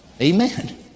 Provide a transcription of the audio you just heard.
amen